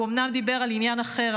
הוא אומנם דיבר על עניין אחר,